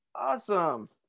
Awesome